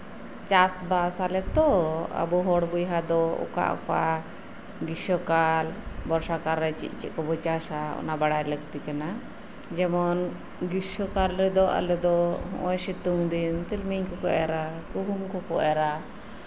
ᱪᱟᱥᱼᱵᱟᱥ ᱟᱞᱮ ᱛᱚ ᱟᱵᱚ ᱦᱚᱲ ᱵᱚᱭᱦᱟ ᱫᱚ ᱚᱠᱟ ᱚᱠᱟ ᱜᱤᱥᱥᱚᱠᱟᱞ ᱵᱚᱨᱥᱟ ᱠᱟᱞᱨᱮ ᱪᱮᱫ ᱪᱮᱫ ᱠᱚᱵᱚᱱ ᱪᱟᱥᱟ ᱚᱱᱟ ᱵᱟᱲᱟᱭ ᱞᱟᱹᱠᱛᱤ ᱠᱟᱱᱟ ᱡᱮᱢᱚᱱ ᱜᱤᱥᱥᱚᱠᱟᱞ ᱨᱮᱫᱚ ᱟᱞᱮ ᱰᱚ ᱥᱤᱛᱩᱝ ᱫᱤᱱ ᱛᱤᱞᱢᱤᱧ ᱠᱚᱠᱚ ᱮᱨᱟ ᱜᱩᱦᱩᱢ ᱠᱚᱠᱚ ᱮᱨᱟ